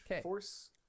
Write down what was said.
Force